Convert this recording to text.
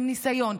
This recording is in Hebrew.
עם ניסיון,